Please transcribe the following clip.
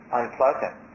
unpleasant